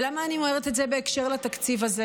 ולמה אני אומרת את זה בקשר לתקציב הזה?